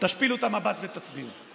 תשפילו את המבט ותצביעו.